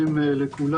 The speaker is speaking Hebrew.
לכולם.